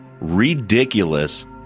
ridiculous